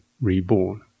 reborn